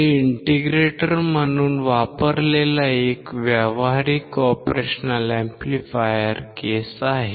हे इंटिग्रेटर म्हणून वापरलेला एक व्यावहारिक ऑपरेशनल अॅम्प्लीफायर केस आहे